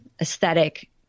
aesthetic